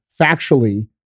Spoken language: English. factually